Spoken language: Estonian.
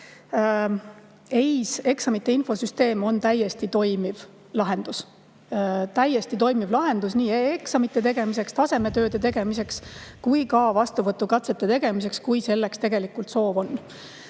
EIS, eksamite infosüsteem on täiesti toimiv lahendus. See on täiesti toimiv lahendus nii eksamite tegemiseks, tasemetööde tegemiseks kui ka vastuvõtukatsete tegemiseks, kui selleks tegelikult soov on.